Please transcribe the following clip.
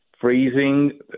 freezing